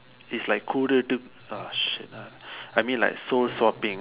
is like கூடுட்டு:kuudutdu ah shit ah I mean like soul swapping